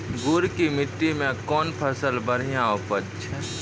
गुड़ की मिट्टी मैं कौन फसल बढ़िया उपज छ?